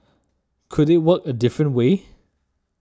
could it work a different way